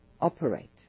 operate